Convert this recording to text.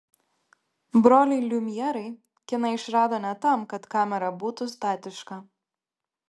broliai liumjerai kiną išrado ne tam kad kamera būtų statiška